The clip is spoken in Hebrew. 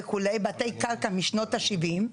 בתי קרקע משנות ה-70.